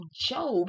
Job